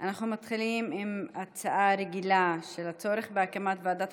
אנחנו מתחילים בהצעה רגילה לסדר-היום בנושא הצורך בהקמת ועדת